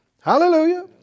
Hallelujah